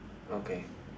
okay